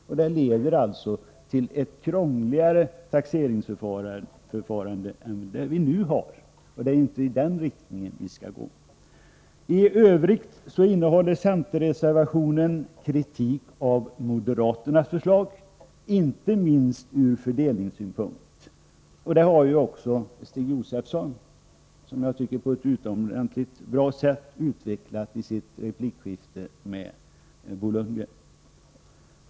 Förslaget leder till ett krångligare taxeringsförfarande än vi nu har. Det är inte i den riktningen vi skall gå. I övrigt innehåller centerreservationen kritik av moderaternas förslag, inte minst från fördelningssynpunkt. Detta har Stig Josefson — som jag tycker på ett mycket bra sätt — utvecklat i sitt replikskifte med Bo Lundgren.